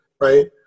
right